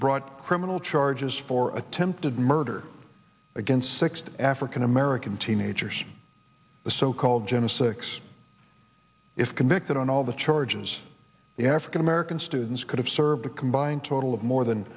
brought criminal charges for attempted murder against six african american teenagers the so called jena six if convicted on all the charges the african american students could have served a combined total of more than